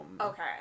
Okay